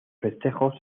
festejos